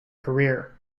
career